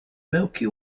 milky